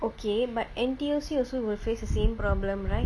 okay but N_T_U_C also will face the same problem right